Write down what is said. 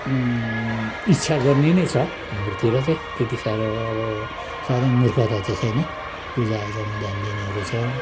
इच्छा गर्ने नै छ हाम्रोतिर चाहिँ त्यति साह्रो अब साह्रै मूर्खता चाहिँ छैन पूजा आजामा ध्यान दिनेहरू छ